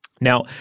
Now